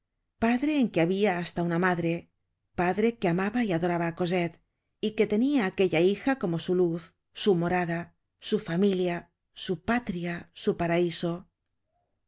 padre en que habia hasta una madre padre que amaba y adoraba á cosette y que tenia aquella hija como su luz su morada su familia su patria su paraiso